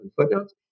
footnotes